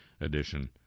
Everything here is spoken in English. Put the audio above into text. edition